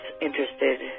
interested